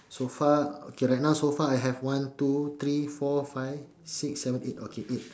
so far okay right now so far I have one two three four five six seven eight okay eight